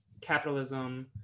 capitalism